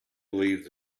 believed